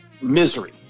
misery